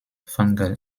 fungal